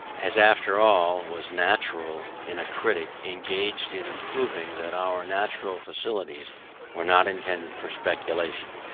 as after all was natural in a critic engaged in proving that our natural faculties were not intended for speculation.